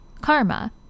karma